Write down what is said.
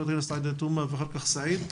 חברת הכנסת עאידה תומא ואחר כך סעיד.